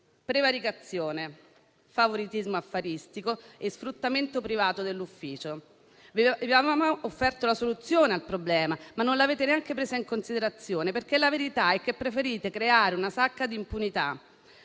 prevaricazione, favoritismo affaristico e sfruttamento privato dell'ufficio. Vi avevamo offerto la soluzione al problema, ma non l'avete neanche presa in considerazione, perché la verità è che preferite creare una sacca di impunità.